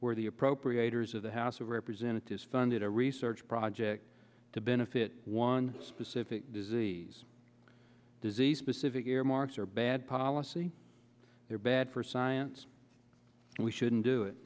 where the appropriators of the house of representatives funded a research project to benefit one specific disease disease specific year marks are bad policy they're bad for science and we shouldn't do it